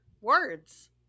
words